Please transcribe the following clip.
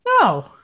No